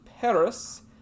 Paris